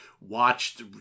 watched